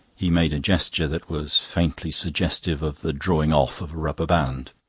he made a gesture that was faintly suggestive of the drawing off of a rubber band.